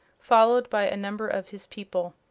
followed by a number of his people.